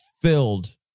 filled